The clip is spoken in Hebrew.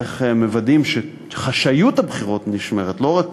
ואיך מוודאים שחשאיות הבחירות נשמרת, ולא רק